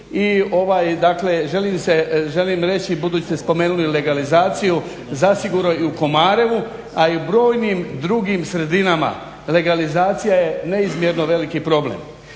I ovaj dakle želim reći budući ste spomenuli legalizaciju, zasigurno i u Komarevu a i u brojnim drugim sredinama, legalizacija je neizmjerno veliki problem